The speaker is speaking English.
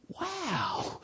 Wow